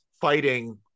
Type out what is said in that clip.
fighting